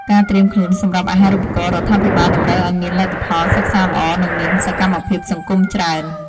ការត្រៀមខ្លួនសម្រាប់អាហារូបករណ៍រដ្ឋាភិបាលតម្រូវឱ្យមានលទ្ធផលសិក្សាល្អនិងមានសកម្មភាពសង្គមច្រើន។